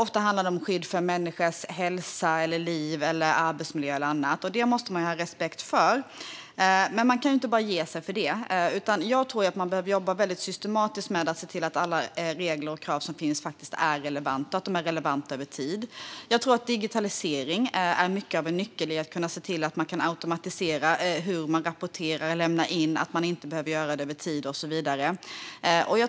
Ofta handlar det om skydd för människors hälsa, liv, arbetsmiljö eller annat, och det måste man ha respekt för. Men man kan inte bara ge sig för det. Jag tror att man måste jobba väldigt systematiskt med att se till att alla regler och krav som finns faktiskt är relevanta och att de är relevanta över tid. Jag tror att digitalisering är en nyckel i att se till att man kan automatisera hur man rapporterar och lämnar in, att man inte behöver göra det över tid och så vidare.